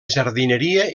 jardineria